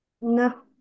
No